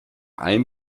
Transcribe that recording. ein